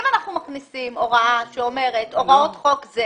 אם אנחנו מכניסים הוראה שאומרת הוראות חוק זה